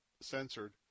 censored